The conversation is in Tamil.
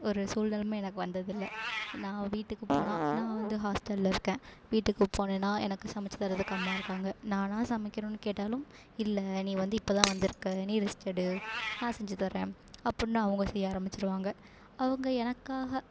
ஒரு சூழ்நெலம எனக்கு வந்ததில்லை நான் வீட்டுக்கு போனால் நான் வந்து ஹாஸ்டல்ல இருக்கேன் வீட்டுக்கு போனேன்னா எனக்கு தரதுக்கு அம்மா இருக்காங்க நானாக சமைக்கணும்னு கேட்டாலும் இல்லை நீ வந்து இப்போது தான் வந்திருக்க நீ ரெஸ்ட் எடு நான் செஞ்சு தரேன் அப்படின்னு அவங்க செய்ய ஆரம்பிச்சிடுவாங்க அவங்க எனக்காக